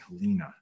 Helena